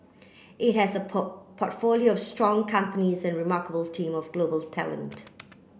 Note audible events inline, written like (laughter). it has a port portfolio of strong companies and remarkable team of global (unintelligible) talent